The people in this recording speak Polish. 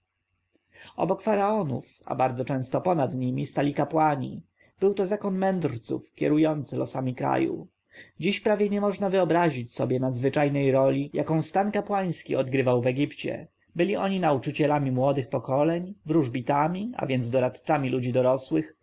obok faraonów a bardzo często ponad nimi stali kapłani był to zakon mędrców kierujący losami kraju dziś prawie nie można sobie wyobrazić nadzwyczajnej roli jaką stan kapłański odegrywał w egipcie byli oni nauczycielami młodych pokoleń wróżbitami a więc doradcami ludzi dorosłych